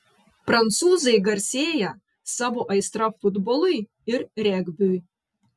prancūzai garsėja savo aistra futbolui ir regbiui